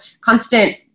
constant